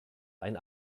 ein